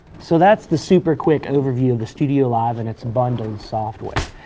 so that's the super quick overview of the studiolive and its bundled software.